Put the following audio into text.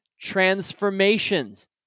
transformations